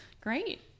Great